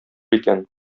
икән